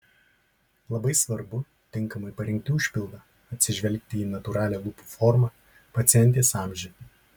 labai svarbu tinkamai parinkti užpildą atsižvelgti į natūralią lūpų formą pacientės amžių